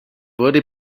wurde